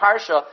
parsha